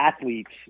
athletes